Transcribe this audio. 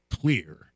clear